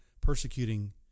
persecuting